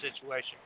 situation